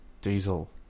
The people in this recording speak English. diesel